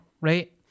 right